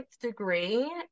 degree